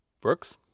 Brooks